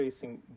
facing